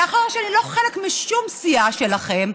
מאחר שאני לא חלק משום סיעה שלכם,